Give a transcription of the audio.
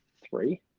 Three